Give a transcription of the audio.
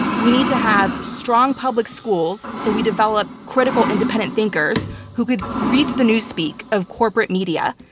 we need to have strong public schools so we develop critical independent thinkers who could read through the newspeak of corporate media,